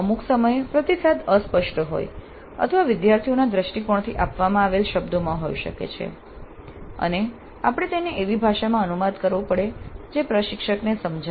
અમુક સમયે પ્રતિસાદ અસ્પષ્ટ હોય અથવા વિદ્યાર્થીઓના દ્રષ્ટિકોણથી આપવામાં આવેલ શબ્દોમાં હોઈ શકે છે અને આપણે તેને એવી ભાષામાં અનુવાદ કરવો પડે જે પ્રશિક્ષકને સમજાય